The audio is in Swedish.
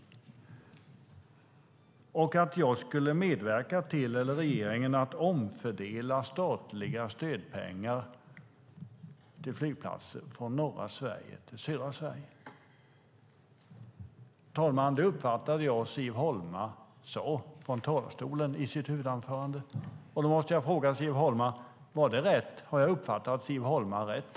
Och regeringen skulle medverka till att omfördela statliga stödpengar till flygplatser från norra Sverige till södra Sverige. Det uppfattade jag, fru talman, att Siv Holma sade från talarstolen i sitt huvudanförande. Då måste jag fråga Siv Holma: Var det rätt? Har jag uppfattat Siv Holma rätt?